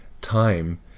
time